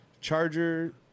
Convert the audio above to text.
Charger